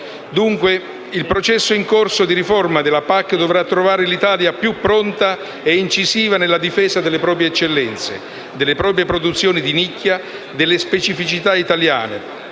Dunque, il processo in corso di riforma della PAC dovrà trovare l'Italia più pronta e incisiva nella difesa delle proprie eccellenze, delle proprie produzioni di nicchia, della specificità italiana,